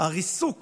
הריסוק